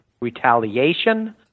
retaliation